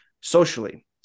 socially